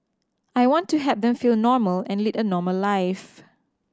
I want to help them feel normal and lead a normal life